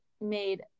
made